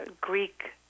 Greek